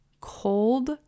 cold